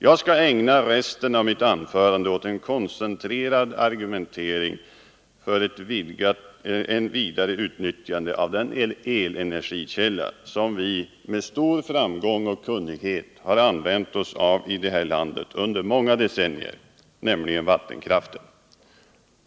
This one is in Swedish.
Jag skall ägna resten av mitt anförande åt en koncentrerad argumentering för ett vidare utnyttjande av den elenergikälla som vi med stor framgång och kunnighet har använt oss av i detta land under många decennier, nämligen vattenkraften.